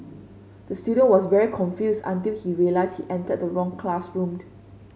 the student was very confused until he realised he entered the wrong classroom